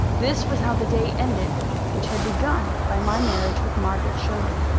this was how the day ended which had begun by my marriage with margaret sherwin!